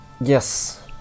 yes